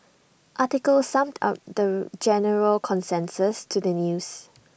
article summed up the general consensus to the news